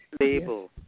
label